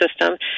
system